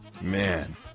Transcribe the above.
Man